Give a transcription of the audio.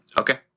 Okay